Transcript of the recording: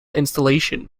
installation